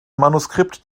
manuskript